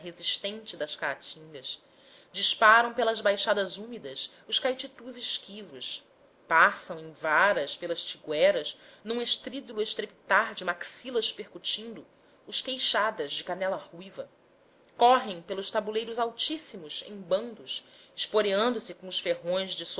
resistente das caatingas disparam pelas baixadas úmidas os caititus esquivos passam em varas pelas tigüeras num estrídulo estrepitar de maxilas percutindo os queixadas de canela ruiva correm pelo tabuleiros altos em bandos esporeando se com os ferrões de